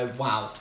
wow